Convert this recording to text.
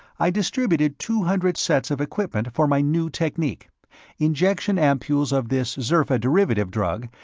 i distributed two hundred sets of equipment for my new technique injection-ampoules of this zerfa derivative drug,